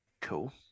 Cool